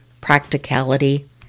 practicality